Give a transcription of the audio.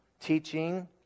teaching